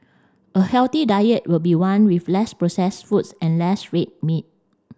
a healthy diet would be one with less processed foods and less red meat